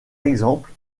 exemple